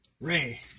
Ray